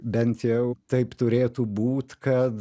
bent jau taip turėtų būt kad